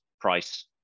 price